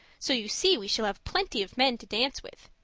so you see we shall have plenty of men to dance with.